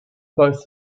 both